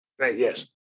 Yes